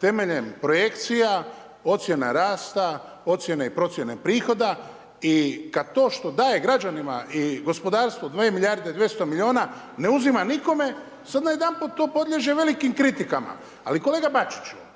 temeljem projekcija, ocjena rasta, ocjene i procjene prihoda i kad to što daje građanima i gospodarstvu 2 milijarde i 200 miliona ne uzima nikome, sad najedanput to podliježe velikim kritikama. Ali kolega Bačiću,